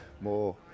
more